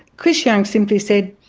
chris young simply said,